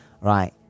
Right